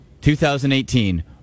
2018